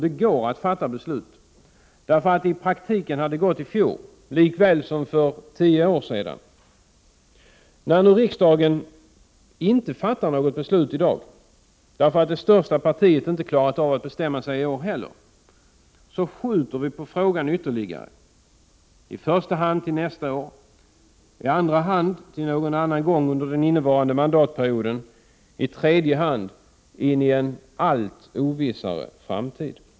Det går att fatta beslut, och i praktiken hade det gått i fjol liksom för tio år sedan. När nu riksdagen inte fattar något beslut i dag, eftersom det största partiet inte heller i år kunnat bestämma sig, innebär det att vi skjuter på frågan ytterligare, i första hand till nästa år, i andra hand till någon gång under den innevarande mandatperioden och i tredje hand in i en allt ovissare framtid.